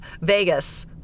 Vegas